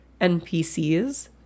NPCs